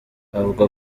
avuga